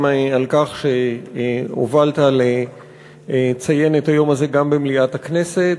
תודה גם על כך שהובלת לציון היום הזה גם במליאת הכנסת.